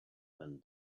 and